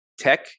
tech